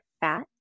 fat